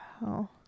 Wow